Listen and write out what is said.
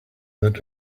that